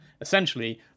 essentially